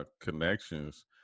connections